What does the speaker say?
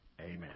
amen